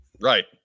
right